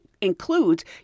includes